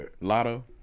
Lotto